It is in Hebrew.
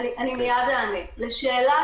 היא מדברת עם האדם, שואלת לשלומו,